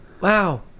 Wow